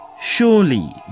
Surely